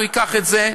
הוא ייקח את זה,